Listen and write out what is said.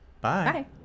Bye